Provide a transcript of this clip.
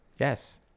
Yes